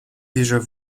déjà